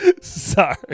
Sorry